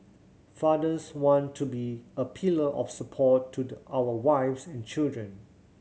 fathers want to be a pillar of support to the our wives and children